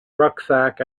rucksack